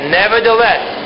nevertheless